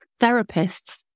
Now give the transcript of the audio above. therapists